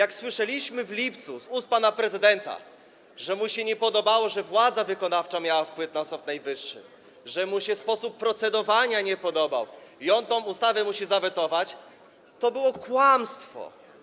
Kiedy słyszeliśmy w lipcu z ust pana prezydenta, że mu się nie podobało, że władza wykonawcza miała wpływ na Sąd Najwyższy, że mu się sposób procedowania nie podobał i on tę ustawę musi zawetować, to było kłamstwo.